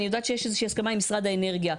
אני יודעת שיש איזושהי הסכמה עם משרד האנרגיה,